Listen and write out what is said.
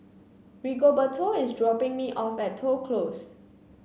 Rigoberto is dropping me off at Toh Close